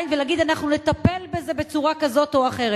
ונגיד: אנחנו נטפל בזה בצורה כזאת או אחרת.